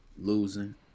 losing